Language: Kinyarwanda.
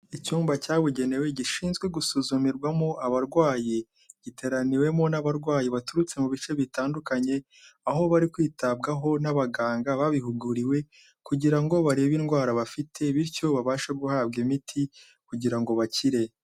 Icyumba cyabugenewe gishinzwe gusuzumirwamo abarwayi, giteraniwemo n’abarwayi baturutse mu bice bitandukanye, aho bari kwitabwaho n’abaganga babihuguriwe kugira ngo barebe indwara bafite, bityo babashe guhabwa imiti kugira ngo bakire.